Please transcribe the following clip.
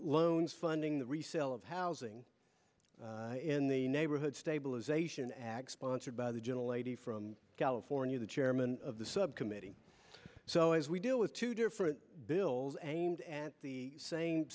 loans funding the resale of housing in the neighborhood stabilization act sponsored by the gentle lady from california the chairman of the subcommittee so as we deal with two different bills and at the same